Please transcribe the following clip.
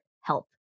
help